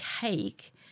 cake